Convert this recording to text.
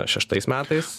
šeštais metais